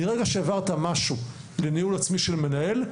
מהרגע שהעברת משהו לניהול עצמי של מנהל,